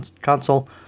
console